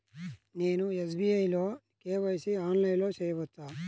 నేను ఎస్.బీ.ఐ లో కే.వై.సి ఆన్లైన్లో చేయవచ్చా?